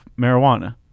marijuana